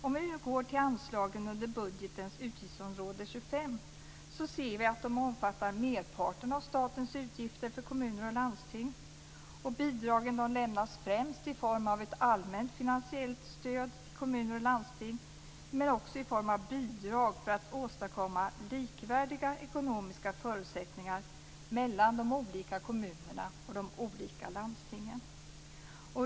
Om vi nu går till anslagen under budgetens utgiftsområde 25 ser vi att de omfattar merparten av statens utgifter för kommuner och landsting. Bidragen lämnas främst i form av ett allmänt finansiellt stöd till kommuner och landsting, men också i form av bidrag för att åstadkomma likvärdiga ekonomiska förutsättningar mellan de olika kommunerna och landstingen.